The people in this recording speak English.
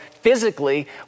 physically